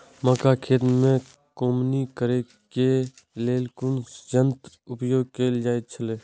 मक्का खेत में कमौनी करेय केय लेल कुन संयंत्र उपयोग कैल जाए छल?